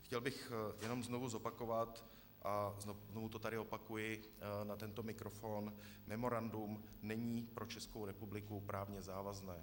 Chtěl bych jenom znovu opakovat, a znovu to tady opakuji na mikrofon, memorandum není pro Českou republiku právně závazné.